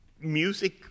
music